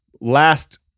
last